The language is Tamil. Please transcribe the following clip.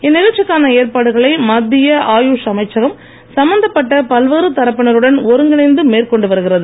இந்நிகழ்ச்சிக்கான ஏற்பாடுகளை மத்திய ஆயுஷ் அமைச்சகம் சம்பந்தப்பட்ட பல்வேறு தரப்பினருடன் ஒருங்கிணைந்து மேற்கொண்டு வருகிறது